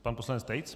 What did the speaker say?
Pan poslanec Tejc.